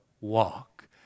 walk